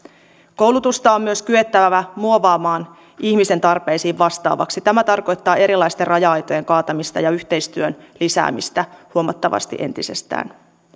koulutusta on myös kyettävä muovaamaan ihmisen tarpeita vastaavaksi tämä tarkoittaa erilaisten raja aitojen kaatamista ja yhteistyön lisäämistä huomattavasti entisestään